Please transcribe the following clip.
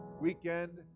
weekend